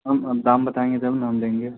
ہم ہم دام بتائیں گے تب نہ ہم لیں گے